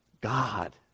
God